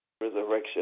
Resurrection